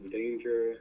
danger